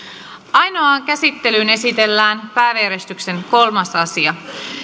ainoaan käsittelyyn esitellään päiväjärjestyksen kolmas asia